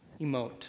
emote